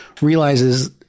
realizes